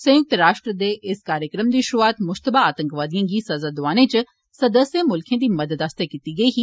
संयुक्त राष्ट्र दे इस कार्यक्रम दी शुरूआत मुश्तबा आतंकवादिएं गी सजा दोआने च सदस्य मुल्खें दी मदद आस्तै कीती गेई ही